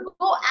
go